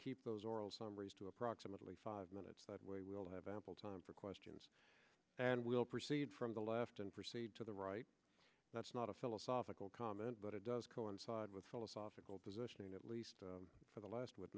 keep those oral summaries to approximately five minutes that way we'll have ample time for questions and we'll proceed from the left and proceed to the right that's not a philosophical comment but it does coincide with philosophical positioning at least for the last w